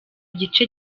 igice